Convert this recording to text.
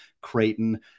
Creighton